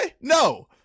No